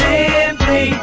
Simply